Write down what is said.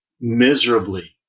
miserably